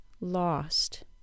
lost